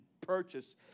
purchase